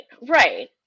Right